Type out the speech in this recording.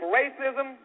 racism